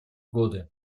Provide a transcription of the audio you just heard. годы